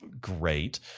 great